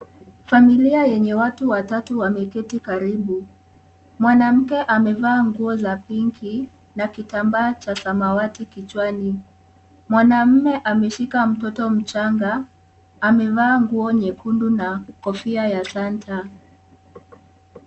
Familia yenye watu watatu wameketi karibu, mwanamke amevaa nguo za pinki na kitambaa cha samawati kichwani, mwanaume ameshika mtoto mchanga amevaa nguo nyekundu na kofia ya Santa.